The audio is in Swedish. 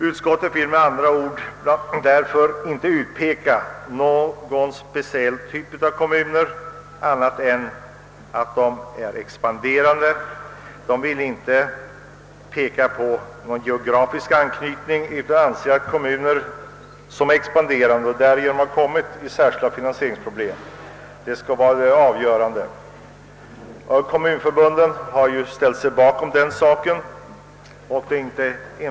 Utskottet vill med andra ord inte utpeka någon speciell typ av kommuner eller angiva någon geografisk anknytning, utan anser att utredningen bör gälla kommuner som expanderar och därigenom fått särskilda finansieringsproblem. Kommunförbunden har ställt sig bakom motionärernas förslag.